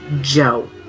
Joe